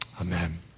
Amen